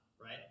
right